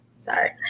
sorry